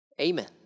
Amen